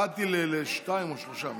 נתתי לשניים או שלושה.